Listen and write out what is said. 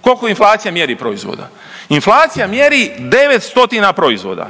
Koliko inflacija mjeri proizvoda? Inflacija mjeri 9 stotina proizvoda,